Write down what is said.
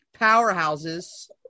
powerhouses